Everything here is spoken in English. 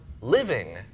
living